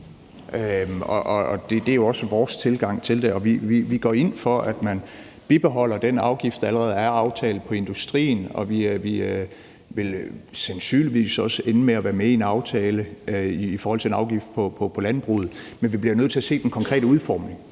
ej. Det er jo også vores tilgang til det, nemlig at vi går ind for, at man bibeholder den afgift, der allerede er aftalt på industrien. Vi vil sandsynligvis også ende med at være med i en aftale i forhold til en afgift på landbruget, men vi bliver nødt til at se den konkrete udformning.